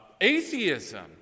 atheism